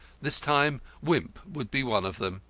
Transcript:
this time wimp would be one of them.